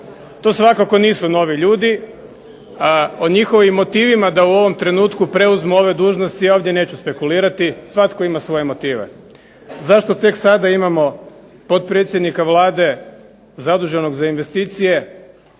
To svakako nisu novi ljudi. O njihovim motivima da u ovom trenutku preuzmu ove dužnosti ja ovdje neću spekulirati svatko ima svoje motive. Zašto tek sada imamo potpredsjednika Vlade zaduženog za investicije